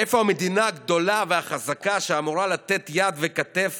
איפה המדינה הגדולה והחזקה, שאמורה לתת יד וכתף